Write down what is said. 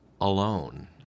alone